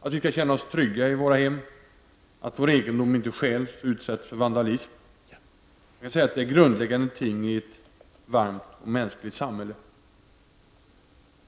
att vi skall kunna känna oss trygga i våra hem, att vår egendom inte stjäls eller utsätts för vandalism -- detta är grundläggande i ett varmt och mänskligt samhälle.